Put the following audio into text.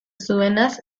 zuenaz